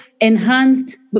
enhanced